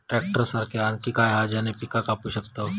Tractor सारखा आणि काय हा ज्याने पीका कापू शकताव?